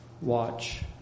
watch